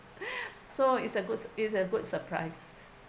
so it's a good s~ it's a good surprise